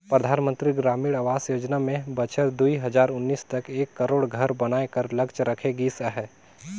परधानमंतरी ग्रामीण आवास योजना में बछर दुई हजार उन्नीस तक एक करोड़ घर बनाए कर लक्छ राखे गिस अहे